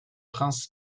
princes